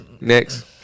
Next